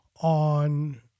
on